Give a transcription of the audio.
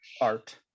art